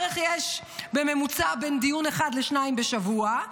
יש בערך בממוצע בין דיון אחד לשניים בשבוע,